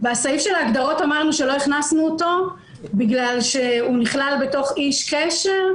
בסעיף ההגדרות אמרנו שלא הכנסנו אותו בגלל שהוא נכלל בתוך "איש קשר",